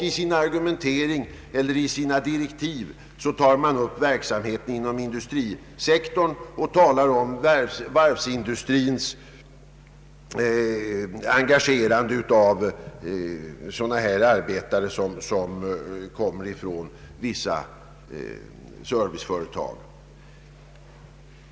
I direktiven tas också upp verksamheten inom industrisektorn, och man talar om varvsindustrins engagerande av arbetare från vissa serviceföretag.